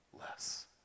less